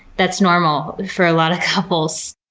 that's normal for a lot of couples.